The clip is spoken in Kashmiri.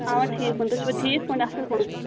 اَوا ٹھیٖک پٲٹھۍ تُہۍ چھُوا ٹھیٖک پٲٹھۍ اَصٕل پٲٹھۍ